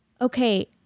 okay